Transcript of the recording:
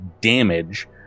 damage